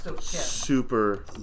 Super